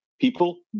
People